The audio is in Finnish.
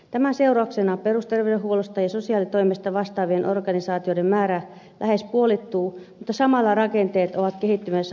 tämän seurauksena perusterveydenhuollosta ja sosiaalitoimesta vastaavien organisaatioiden määrä lähes puolittuu mutta samalla rakenteet ovat kehittymässä hajanaiseen suuntaan